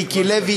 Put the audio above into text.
מיקי לוי,